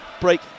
break